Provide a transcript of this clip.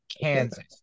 Kansas